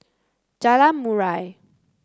Jalan Murai